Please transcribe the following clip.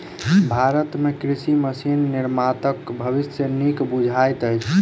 भारत मे कृषि मशीन निर्माताक भविष्य नीक बुझाइत अछि